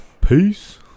Peace